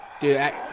Dude